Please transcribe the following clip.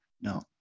No